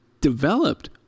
developed